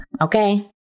okay